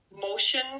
motion